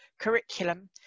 curriculum